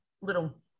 little